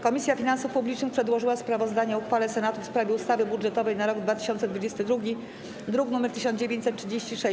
Komisja Finansów Publicznych przedłożyła sprawozdanie o uchwale Senatu w sprawie ustawy budżetowej na rok 2022, druk nr 1936.